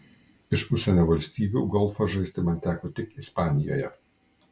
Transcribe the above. iš užsienio valstybių golfą žaisti man teko tik ispanijoje